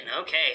Okay